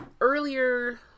earlier